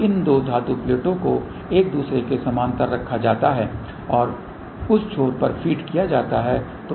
तो इन दो धातु प्लेटों को एक दूसरे के समानांतर रखा जाता है और उस छोर पर फीड किया जाता है